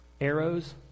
Arrows